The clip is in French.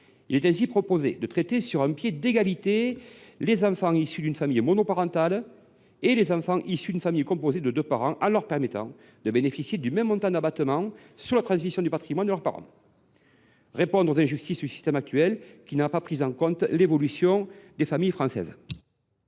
Il est proposé de traiter sur un pied d’égalité les enfants issus d’une famille monoparentale et ceux issus d’une famille composée de deux parents, en leur permettant de bénéficier du même montant d’abattement sur la transmission du patrimoine de leurs parents. Il s’agit de répondre aux injustices du système actuel, qui n’a pas pris en compte l’évolution des familles françaises.